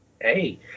hey